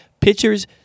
Pitchers